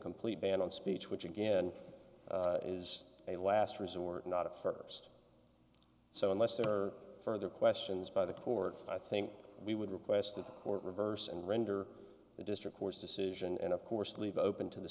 complete ban on speech which again is a last resort not a first so unless there are further questions by the court i think we would request that the court reverse and render the district court's decision and of course leave open to the